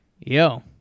yo